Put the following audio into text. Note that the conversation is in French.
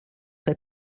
très